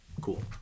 cool